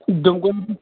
ڈُمہٕ کٔدل